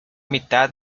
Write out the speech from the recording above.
mitad